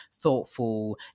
thoughtful